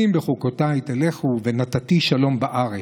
"אם בחקתי תלכו ונתתי שלום בארץ"